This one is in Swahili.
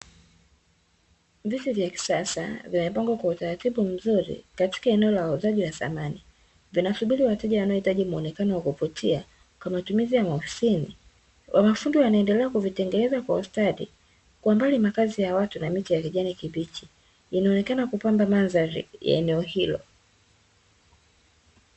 Viti vya kisasa vimepangwa kwa utaratibu mzuri katika eneo la wauzaji wa samani vinasubiri wateja wanaosubiri muonekano wa kuvutia kwa matumizi ya maofisini, na mafundi wanaendelea kuvitengeneza kwa ustadi, kwa mbali makazi ya watu na miti ya vijani kibichi inaonekana kupamba mandhari ya eneo hilo.